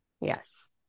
yes